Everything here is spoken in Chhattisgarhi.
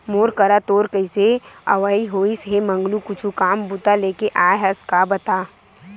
मोर करा तोर कइसे अवई होइस हे मंगलू कुछु काम बूता लेके आय हस का बता?